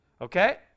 okay